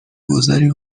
گذاری